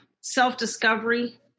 self-discovery